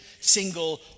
single